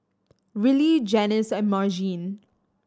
Rillie Janis and Margene